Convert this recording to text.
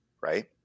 right